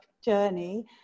journey